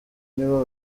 nibo